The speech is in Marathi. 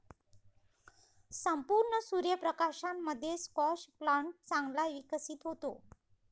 संपूर्ण सूर्य प्रकाशामध्ये स्क्वॅश प्लांट चांगला विकसित होतो